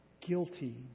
Guilty